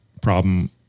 problem